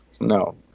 No